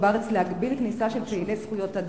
בארץ להגביל כניסה של פעילי זכויות אדם.